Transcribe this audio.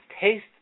Taste